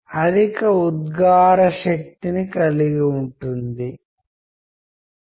coke ఈ 7 లేదా 8 విషయాల ద్వారా కోక్ ని వివిధ రకాలుగా అర్థం చేసుకోవచ్చు